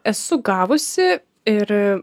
esu gavusi ir